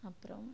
அப்புறோம்